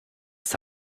ist